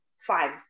fine